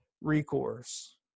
recourse